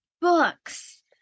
books